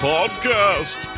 Podcast